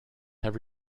have